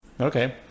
okay